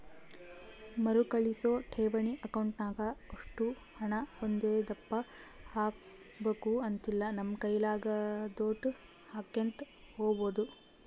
ಮರುಕಳಿಸೋ ಠೇವಣಿ ಅಕೌಂಟ್ನಾಗ ಒಷ್ಟು ಹಣ ಒಂದೇದಪ್ಪ ಹಾಕ್ಬಕು ಅಂತಿಲ್ಲ, ನಮ್ ಕೈಲಾದೋಟು ಹಾಕ್ಯಂತ ಇರ್ಬೋದು